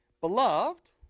Beloved